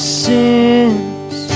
sins